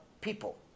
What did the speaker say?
people